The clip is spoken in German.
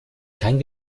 kein